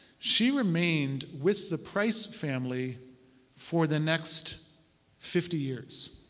she remained with the price family for the next fifty years.